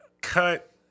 cut